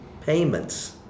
payments